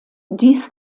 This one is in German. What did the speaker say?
dies